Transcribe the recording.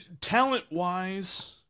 talent-wise